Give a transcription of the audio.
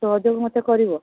ସହଯୋଗ ମୋତେ କରିବ